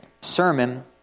sermon